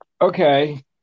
Okay